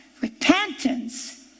Repentance